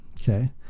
okay